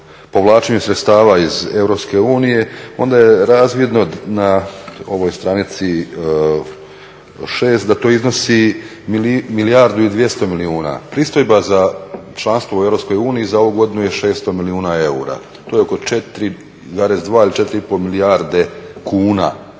povlačenju sredstava iz EU onda je razvidno na ovoj stranici 6 da to iznosi 1 200 milijuna. Pristojba za članstvo u EU za ovu godinu je 600 milijuna eura, to je oko 4,2 ili 4,5 milijarde kuna.